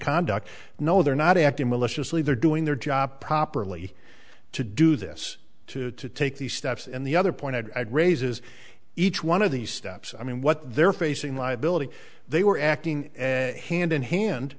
conduct no they're not acting maliciously they're doing their job properly to do this to take these steps and the other pointed out raises each one of these steps i mean what they're facing liability they were acting and hand in hand